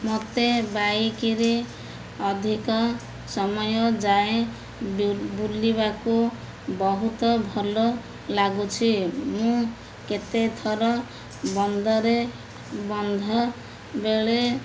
ମୋତେ ବାଇକ୍ରେ ଅଧିକ ସମୟ ଯାଏ ବୁଲିବାକୁ ବହୁତ ଭଲ ଲାଗୁଛି ମୁଁ କେତେଥର ବନ୍ଦରେ ବନ୍ଧ ବେଳେ